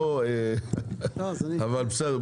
בסדר,